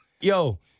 Yo